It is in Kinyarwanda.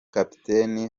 kapiteni